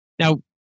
Now